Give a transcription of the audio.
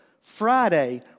Friday